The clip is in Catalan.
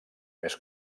més